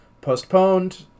postponed